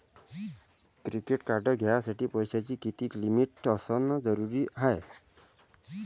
Credit card घ्यासाठी पैशाची कितीक लिमिट असनं जरुरीच हाय?